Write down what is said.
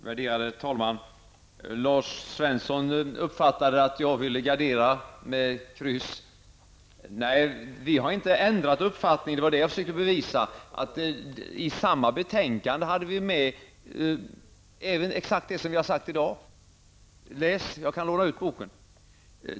Värderade talman! Lars Svensson uppfattar det som om jag ville gardera med kryss. Nej, vi har inte ändrat uppfattning. Det var det jag försökte bevisa. I samma betänkande hade vi med exakt detsamma som vi har sagt i dag. Läs, jag kan låna ut betänkandet.